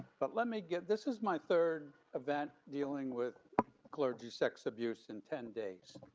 but let me give, this is my third event dealing with clergy sex abuse in ten days.